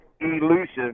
elusive